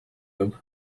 him